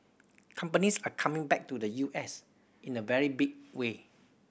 companies are coming back to the U S in a very big way